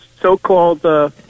so-called